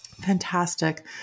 fantastic